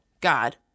God